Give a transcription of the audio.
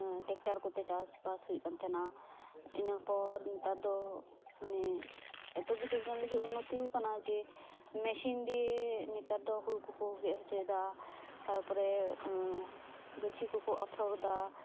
tractor ᱠᱚᱛᱮ ᱪᱟᱥ ᱵᱟᱥ ᱦᱩᱭᱩᱜ ᱠᱟᱱ ᱛᱟᱦᱮᱱᱟ ᱤᱱᱟᱹ ᱯᱚᱨ ᱱᱮᱛᱟᱨ ᱫᱚ ᱢᱟᱱᱮ ᱮᱛᱚ ᱜᱮ ᱴᱮᱠᱱᱳᱞᱳᱡᱤ ᱩᱱᱚᱛᱤ ᱟᱠᱟᱱᱟ ᱡᱮ ᱢᱮᱥᱤᱱ ᱫᱤᱭᱮ ᱱᱮᱛᱟᱨ ᱫᱚ ᱦᱳᱲᱳ ᱠᱚᱠᱚ ᱜᱮᱫᱽ ᱦᱚᱪᱚᱭᱮᱫᱟ ᱛᱟᱨᱯᱚᱨᱮ ᱜᱟᱹᱪᱷᱤ ᱠᱚᱠᱚ ᱟᱯᱷᱚᱨᱮᱫᱟ